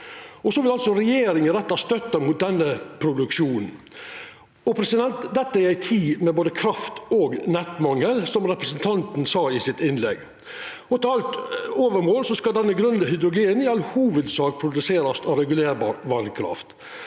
vil altså retta støtta mot denne produksjonen – dette i ei tid med både kraft- og nettmangel, som representanten sa i sitt innlegg. Til overmål skal denne grøne hydrogena i all hovudsak produserast av regulerbar vasskraft.